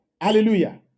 Hallelujah